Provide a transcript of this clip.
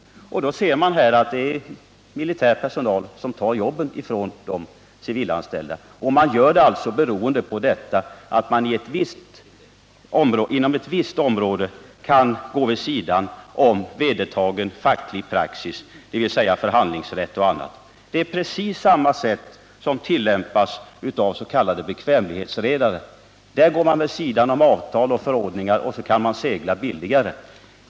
Då ser sjöfolket det här på det sättet att militär personal tar jobben från de civilanställda — man kan inom ett visst område gå vid sidan om vedertagen facklig praxis, dvs. förhandlingsrätt etc. Det är precis samma metod som tillämpas av s.k. bekvämlighetsredare. Där går man vid sidan av avtal och förordningar och kan därigenom segla billigare.